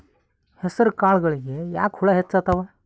ಹೆಸರ ಕಾಳುಗಳಿಗಿ ಯಾಕ ಹುಳ ಹೆಚ್ಚಾತವ?